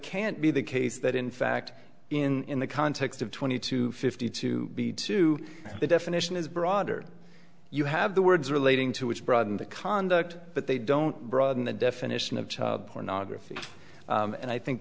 can't be the case that in fact in the context of twenty to fifty to be two the definition is broader you have the words relating to which broaden the conduct but they don't broaden the definition of child pornography and i think